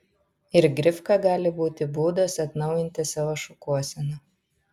ir grifka gali būti būdas atnaujinti savo šukuoseną